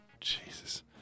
Jesus